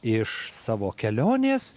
iš savo kelionės